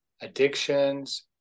addictions